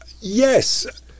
Yes